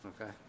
Okay